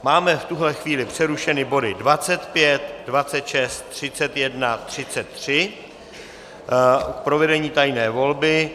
Máme v tuhle chvíli přerušeny body 25, 26, 31, 33 k provedení tajné volby.